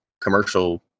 commercial